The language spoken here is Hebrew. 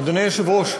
אדוני היושב-ראש,